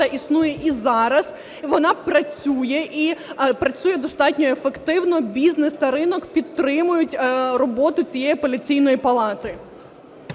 існує і зараз. Вона працює, і працює достатньо ефективно. Бізнес та ринок підтримують роботу цієї Апеляційної палати.